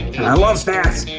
and i love snacks.